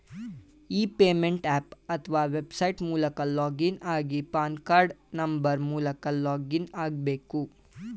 E payment app ಅತ್ವ website ಮೂಲಕ login ಆಗಿ ಪಾನ್ ಕಾರ್ಡ್ ನಂಬರ್ ಮೂಲಕ ಲಾಗಿನ್ ಆಗ್ಬೇಕು